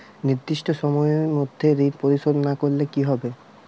নির্দিষ্ট সময়ে মধ্যে ঋণ পরিশোধ না করলে কি হবে?